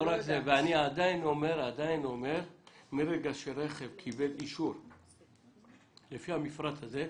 אני עדיין שמרגע שרכב קיבל אישור לפי המפרט הזה,